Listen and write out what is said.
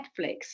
Netflix